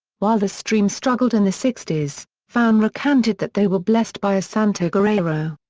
while the stream struggled in the sixty s, fan recanted that they were blessed by a santo guerreiro.